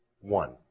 One